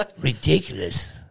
Ridiculous